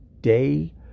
day